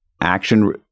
action